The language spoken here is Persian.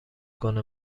کنه